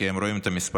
כי הם רואים את המספרים,